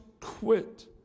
quit